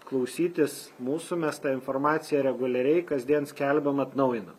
klausytis mūsų mes tą informaciją reguliariai kasdien skelbiam atnaujinam